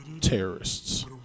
Terrorists